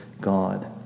God